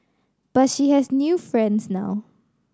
but she has new friends now